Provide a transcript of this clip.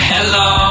Hello